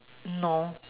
no